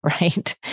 right